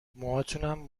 موهاتونم